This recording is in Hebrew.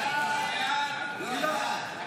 נתקבל.